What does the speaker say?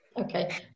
okay